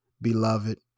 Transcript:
beloved